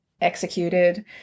executed